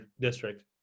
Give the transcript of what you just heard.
district